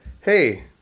hey